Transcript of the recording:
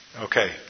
Okay